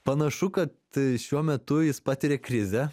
panašu kad šiuo metu jis patiria krizę